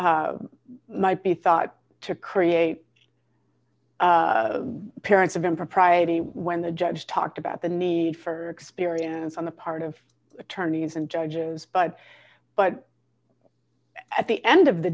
might be thought to create the parents of impropriety when the judge talked about the need for experience on the part of attorneys and judges but but at the end of the